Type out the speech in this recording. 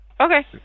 Okay